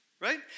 right